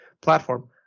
platform